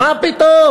מה פתאום.